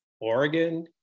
Oregon